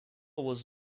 was